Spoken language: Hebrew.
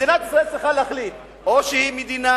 מדינת ישראל צריכה להחליט: או שהיא מדינה